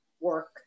work